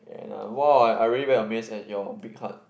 and uh !wow! I I really very amazed at your big heart